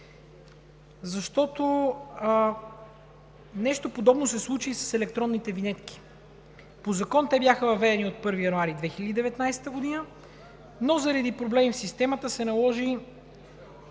защото нещо подобно се случи и с електронните винетки. По Закон те бяха въведени от 1 януари 2019 г., но заради проблеми в системата се наложи